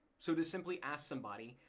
so to simply ask somebody,